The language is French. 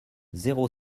zéro